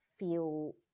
feel